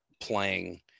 playing